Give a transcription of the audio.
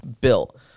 built